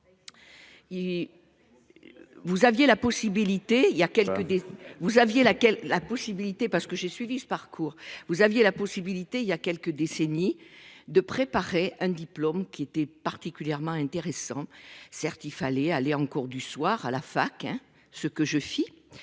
Vous aviez laquelle la possibilité parce que j'ai suivi ce parcours vous aviez la possibilité il y a quelques décennies de préparer un diplôme qui était particulièrement intéressant. Certes, il fallait aller en cours du soir à la fac hein. Ce que je fis.